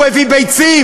הוא הביא ביצים,